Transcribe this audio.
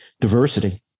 Diversity